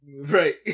Right